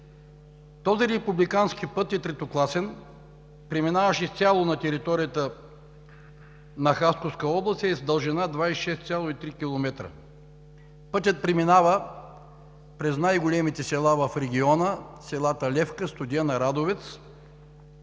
Този републикански път е третокласен, преминаващ изцяло на територията на Хасковска област и е с дължина 26,3 км. Пътят преминава през най-големите села в региона – селата Левка, Студена, Радовец.